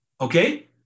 Okay